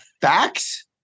facts